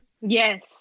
yes